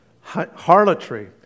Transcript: harlotry